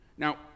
Now